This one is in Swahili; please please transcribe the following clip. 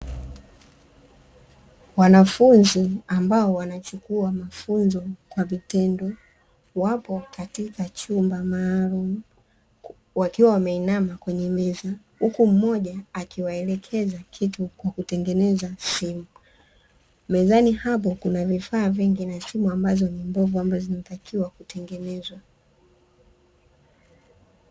Wanafunzi ambao wanachukua mafunzo kwa vitendo wapo katika chumba maalumu, wakiwa wameinama kwenye meza huku mmoja akiwaelekeza kitu kwa kutengeneza simu, mezani hapo kuna vifaa vingi na simu ambazo ni mbovu ambazo zinatakiwa kutengenezwa.